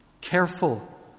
Careful